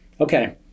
Okay